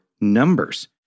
numbers